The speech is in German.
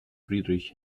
friedrich